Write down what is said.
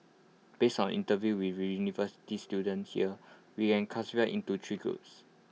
based on interviews with university students here we can classify into three groups